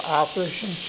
operation